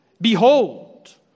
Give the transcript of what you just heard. Behold